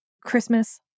Christmas